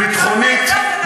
ביטחונית,